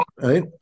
right